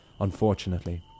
Unfortunately